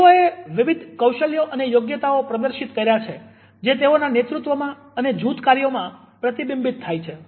તેઓએ વિવિધ કૌશલ્યો અને યોગ્યતાઓ પ્રદર્શિત કર્યા છે જે તેઓના નેતૃત્વમાં અને જૂથ કાર્યોમાં પ્રતિબિંબિત થાય છે